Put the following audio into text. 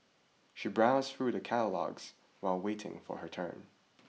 she browsed through the catalogues while waiting for her turn